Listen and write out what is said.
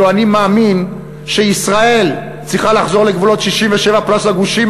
הלוא אני מאמין שישראל צריכה לחזור לגבולות 67' פלוס הגושים,